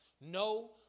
no